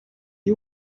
you